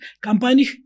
Company